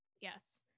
yes